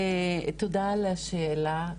תודה על השאלה,